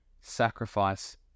sacrifice